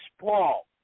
Paul